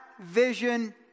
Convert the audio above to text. vision